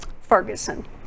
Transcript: Ferguson